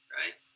right